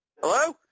Hello